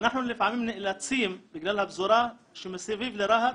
אנחנו לפעמים נאלצים בגלל הפזורה שמסביב לרהט,